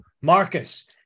Marcus